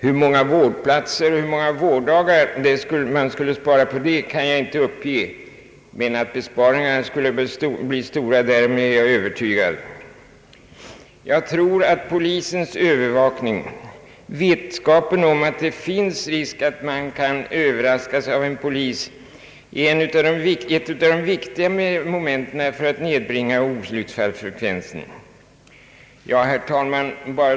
Hur många vårdplatser och hur många vårddagar man skulle spara på det kan jag inte uppge, men att besparingarna skulle bli stora är jag övertygad om. Jag tror att polisens övervakning och vetskapen om risken att överraskas av en polis är ett av de viktiga momenten för att nedbringa olycksfallsfrekvensen. Herr talman!